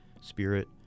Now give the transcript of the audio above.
spirit